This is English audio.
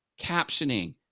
captioning